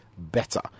better